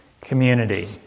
Community